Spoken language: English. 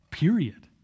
Period